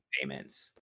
payments